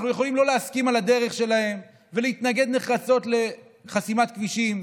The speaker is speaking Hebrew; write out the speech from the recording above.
אנחנו יכולים לא להסכים על הדרך שלהם ולהתנגד נחרצות לחסימת כבישים.